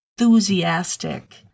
enthusiastic